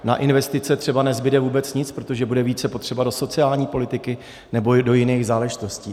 Na investice třeba nezbude vůbec nic, protože bude více potřeba do sociální politiky nebo do jiných záležitostí.